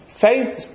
Faith